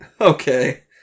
Okay